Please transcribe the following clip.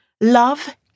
Love